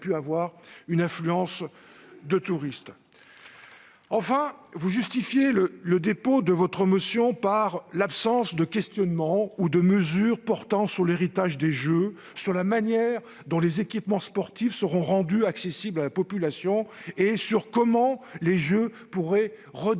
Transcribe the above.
Enfin, vous justifiez le dépôt de votre motion par l'absence de questionnement ou de mesures portant sur l'héritage des Jeux, sur la manière dont les équipements sportifs seront rendus accessibles à la population et sur celle dont les Jeux pourraient redynamiser